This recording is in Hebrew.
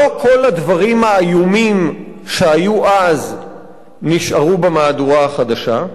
לא כל הדברים האיומים שהיו אז נשארו במהדורה החדשה,